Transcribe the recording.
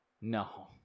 no